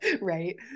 Right